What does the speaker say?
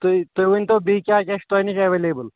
تُہۍ تُہۍ ؤنۍتو بیٚیہِ کیٛاہ گژھِ تۄہہِ نِش اٮ۪ویلیبٕل